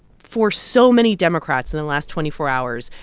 for so many democrats in the last twenty four hours,